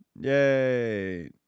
Yay